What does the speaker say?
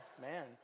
Man